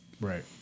Right